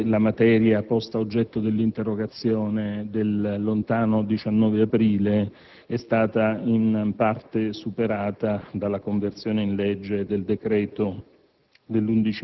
poiché la materia posta a oggetto dell'interrogazione del lontano 19 aprile è stata in parte superata dalla conversione in legge del decreto-legge